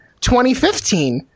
2015